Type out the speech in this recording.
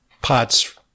POTS